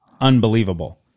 unbelievable